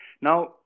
Now